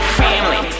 family